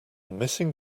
missing